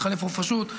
מתחלף ראש רשות,